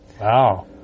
Wow